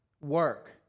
work